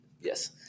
Yes